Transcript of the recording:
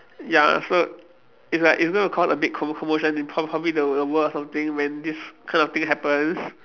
ya so it's like it's going to cause a big commo~ commotion in prob~ probably the the world or something when this kind of thing happens